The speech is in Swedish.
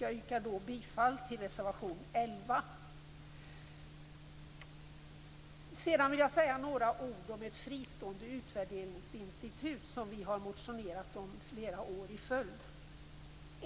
Jag yrkar bifall till reservation 11. Sedan vill jag säga några ord om ett fristående utvärderingsinstitut som vi har motionerat om flera år i följd.